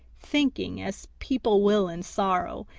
thinking, as people will in sorrow,